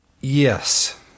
Yes